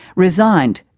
resigned.